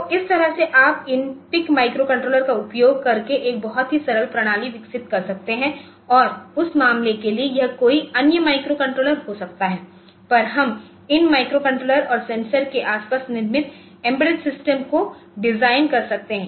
तो इस तरह से आप इन PIC माइक्रोकंट्रोलर्स का उपयोग करके एक बहुत ही सरल प्रणाली विकसित कर सकते हैं या उस मामले के लिए यह कोई अन्य माइक्रोकंट्रोलर हो सकता है पर हम इन माइक्रोकंट्रोलर और सेंसर के आसपास निर्मित एम्बेडेड सिस्टम को डिज़ाइन कर सकते हैं